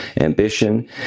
ambition